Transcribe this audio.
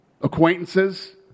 acquaintances